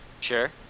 Sure